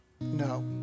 no